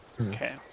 Okay